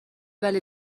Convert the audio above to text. ولی